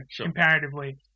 comparatively